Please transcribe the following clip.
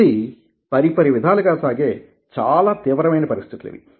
బుద్ధి పరిపరివిధాలుగా సాగే చాలా తీవ్రమైన పరిస్థితులు ఇవి